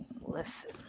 listen